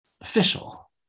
official